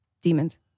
demons